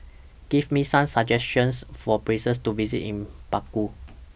Give Me Some suggestions For Places to visit in Baku